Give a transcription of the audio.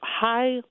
high